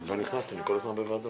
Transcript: לא תמיד אנחנו רואים את